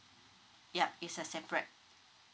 yup is a separate